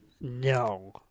No